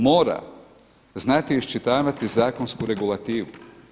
Mora znati iščitavati zakonsku regulativu.